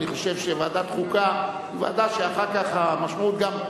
אני חושב שוועדת חוקה היא ועדה שאחר כך המשמעות גם,